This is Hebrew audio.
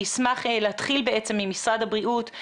אני אשמח להתחיל עם משרד הבריאות.